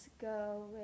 go